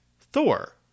Thor